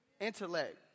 intellect